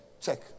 check